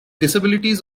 disabilities